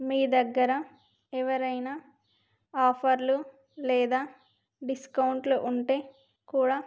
మీ దగ్గర ఎవరైనా ఆఫర్లు లేదా డిస్కౌంట్లు ఉంటే కూడా